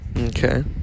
Okay